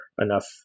enough